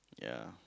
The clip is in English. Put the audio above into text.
ya